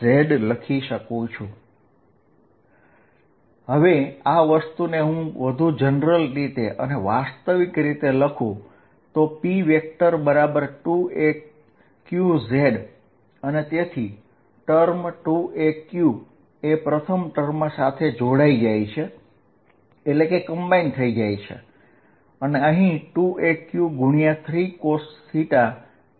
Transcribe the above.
Erq4π0r36arcosθ 2az2aq4π03cosθr z હવે આ વસ્તુને હું વધુ જનરલ રીતે અને વાસ્તવિક રીતે લખું તો p2aqz છે અને તેથી ટર્મ 2aq એ પ્રથમ ટર્મમાં સાથે જોડાઈ જાય છે અને અહીં 2aq3cos r થશે અને cos z r છે